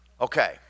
Okay